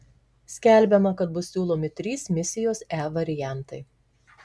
skelbiama kad bus siūlomi trys misijos e variantai